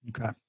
Okay